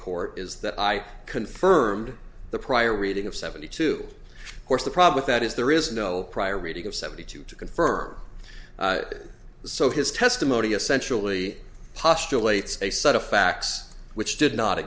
court is that i confirmed the prior reading of seventy two course the problem that is there is no prior reading of seventy two to confirm so his testimony essentially postulates a set of facts which did not